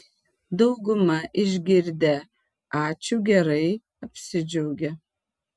dauguma išgirdę ačiū gerai apsidžiaugia